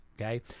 okay